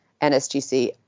NSGC